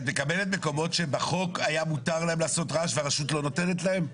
את מקבלת מקומות שבחוק היה מותר להם לעשות רעש והרשות לא נותנת להם?